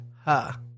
ha